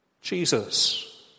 Jesus